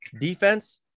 defense